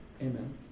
Amen